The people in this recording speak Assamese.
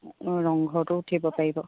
অঁ ৰংঘৰটো উঠিব পাৰিব